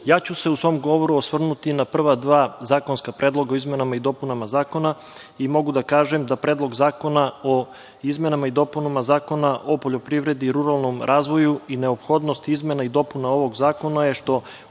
Ja ću se u svom govoru osvrnuti na prva dva zakonska predloga o izmenama i dopunama zakona. Mogu da kažem da Predlog zakona o izmenama i dopunama Zakona o poljoprivredi i ruralnom razvoju i neophodnost izmena i dopuna ovog zakona je što